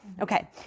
okay